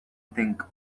think